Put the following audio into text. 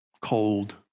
cold